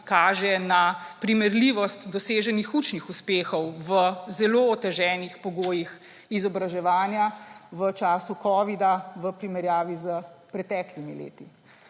kaže na primerljivost doseženih učnih uspehov v zelo oteženih pogojih izobraževanja v času covida v primerjavi s preteklimi leti.